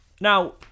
Now